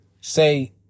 Say